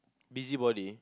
busybody